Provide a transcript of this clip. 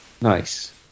Nice